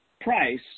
price